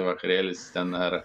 vakarėlis ten ar